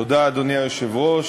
תודה, אדוני היושב-ראש,